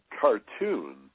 cartoon